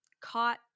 caught